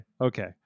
Okay